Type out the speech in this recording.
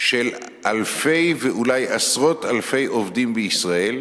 של אלפי ואולי עשרות אלפי עובדים בישראל,